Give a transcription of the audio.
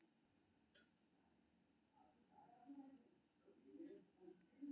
नवजात उद्यमी भारत मे मुद्रा ऋण योजना सं लाभ उठा सकै छै